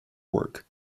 work